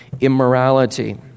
immorality